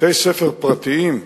בתי-ספר פרטיים,